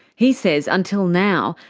he says until now,